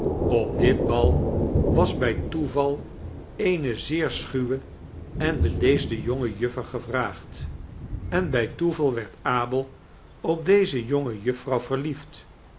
op dit bal was bij toeval eene zeer schuwe en bedeesde jonge juffer gevraagd en bij toeval werd abel op deze jonge jufvrouw verliefd